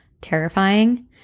terrifying